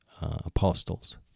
Apostles